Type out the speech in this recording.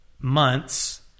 months